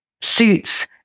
suits